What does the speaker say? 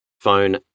Phone